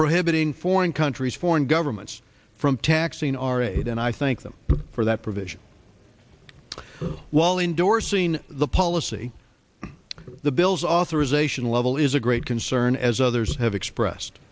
prohibiting foreign countries foreign governments from taxing our aid and i thank them for that provision while endorsing the policy of the bill's authorization level is a great concern as others have expressed